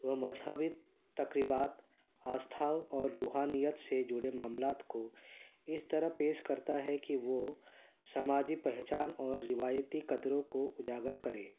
وہ مجہبی تقریبات آستھاؤ اور روحانیت سے جڑے معاملات کو اس طرح پیش کرتا ہے کہ وہ سماجی پہچان اور روایتی قدروں کو اجاگر کرے